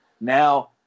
Now